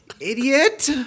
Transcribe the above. Idiot